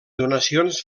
donacions